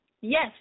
Yes